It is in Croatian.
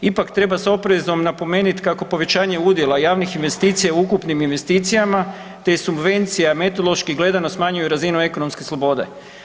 Ipak treba s oprezom napomenut kako povećanje udjela javnih investicija u ukupnim investicijama te subvencija metodološki gledano smanjuju razinu ekonomske slobode.